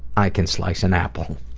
i can slice an apple.